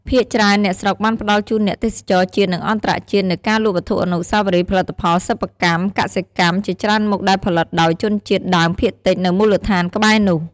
ភាគច្រើនអ្នកស្រុកបានផ្តល់ជូនអ្នកទេសចរណ៍ជាតិនិងអន្តរជាតិ នូវការរលក់វត្ថុអនុស្សាវរីយ៍ផលិតផលសិប្បកម្ម កសិកម្មជាច្រើនមុខដែលផលិតដោយជនជាតិដើមភាគតិចនៅមូលដ្ឋានក្បែរនោះ ។